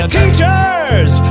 Teachers